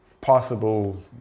possible